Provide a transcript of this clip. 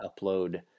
upload